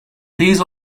these